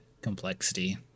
Complexity